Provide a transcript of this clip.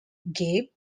gabe